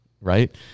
right